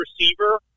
receiver